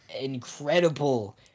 incredible